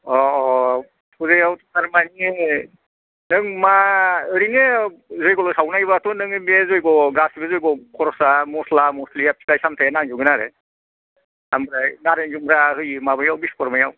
फुजायाव थारमानि आङो नों मा ओरैनो जैग'ल' सावनायबाथ' नोङो बे जैग' गासैबो जैग' खरसा मस्ला मस्लि फिथाइ सामथाइया नांजोबगोन आरो ओमफ्राय नारें जुमब्रा होयो माबायाव बिश'कर्मायाव